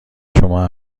شما